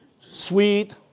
sweet